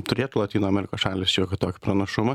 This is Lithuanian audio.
turėtų lotynų amerikos šalys šiokį tokį pranašumą